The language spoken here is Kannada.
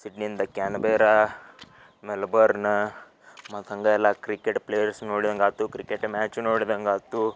ಸಿಡ್ನಿಯಿಂದ ಕ್ಯಾನ್ಬೆರಾ ಮೆಲ್ಬರ್ನ್ನ ಮತ್ತು ಹಂಗೆ ಎಲ್ಲ ಕ್ರಿಕೆಟ್ ಪ್ಲೇಯರ್ಸ್ ನೋಡಿದಂಗಾಯ್ತು ಕ್ರಿಕೆಟ್ ಮ್ಯಾಚು ನೋಡಿದಂಗಾಯ್ತು